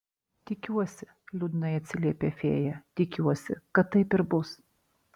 tikiuosi liūdnai atsiliepė fėja tikiuosi kad taip ir bus